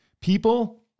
People